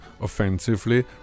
offensively